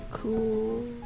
Cool